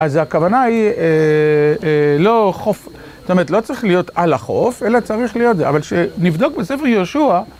אז הכוונה היא לא חוף, זאת אומרת, לא צריך להיות על החוף, אלא צריך להיות, אבל כשנבדוק בספר יהושע